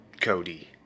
Cody